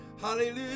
Hallelujah